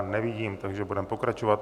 Nevidím, takže budeme pokračovat.